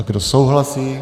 Kdo souhlasí...